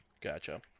Gotcha